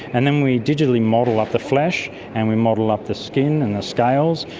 and then we digitally model up the flesh and we model up the skin and the scales.